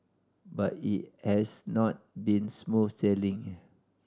but it has not been smooth sailing